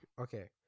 okay